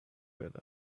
better